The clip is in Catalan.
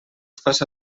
faça